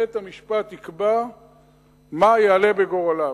בית-המשפט יקבע מה יעלה בגורלם.